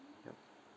yup